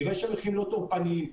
יראה שהמחירים לא טורפניים,